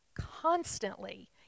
constantly